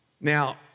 Now